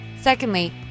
Secondly